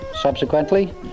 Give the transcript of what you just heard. subsequently